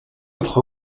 autre